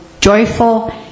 joyful